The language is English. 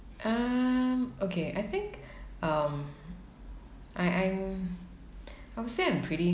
um okay I think um I I'm I would say I'm pretty